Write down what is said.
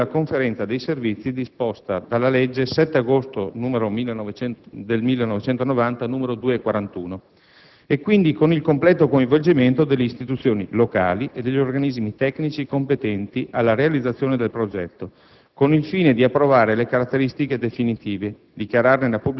con lo strumento della conferenza dei servizi disposta dalla legge 7 agosto 1990, n. 241, e, quindi, con il completo coinvolgimento delle istituzioni locali e degli organismi tecnici competenti alla realizzazione del progetto; ciò al fine di approvarne le caratteristiche definitive,